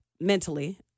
mentally